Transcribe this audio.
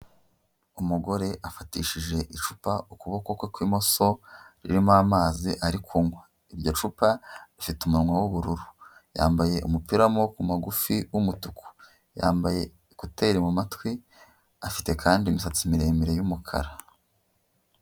Umugore afatishije icupa ukuboko kwe kw'imoso ririmo amazi ari kunywa iryo cupa rifite umunwa w'ubururu yambaye umupira w'amaboko magufi w'umutuku yambaye ekuteri mu matwi afite kandi imisatsi miremire y'umukara.